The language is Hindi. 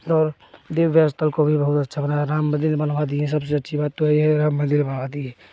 और दिव्य स्थल को बहु बहुत अच्छा बना राम मंदिर बनवा दिए सबसे अच्छी बात तो यही है राम मंदिर बनवा दिए